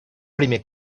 primer